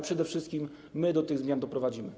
Przede wszystkim my do tych zmian doprowadzimy.